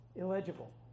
illegible